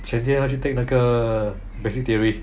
前天她去 take 那个 basic theory